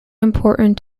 important